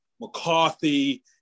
mccarthy